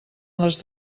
les